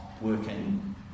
working